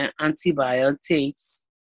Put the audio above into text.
antibiotics